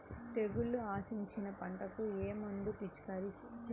తెగుళ్లు ఆశించిన పంటలకు ఏ మందు పిచికారీ చేయాలి?